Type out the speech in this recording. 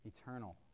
Eternal